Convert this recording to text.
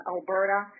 Alberta